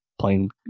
playing